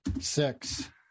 Six